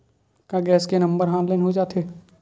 का गैस के नंबर ह ऑनलाइन हो जाथे?